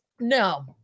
no